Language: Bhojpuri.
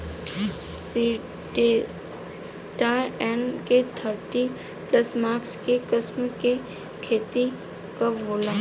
सिंजेंटा एन.के थर्टी प्लस मक्का के किस्म के खेती कब होला?